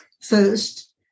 First